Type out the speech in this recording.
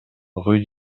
rue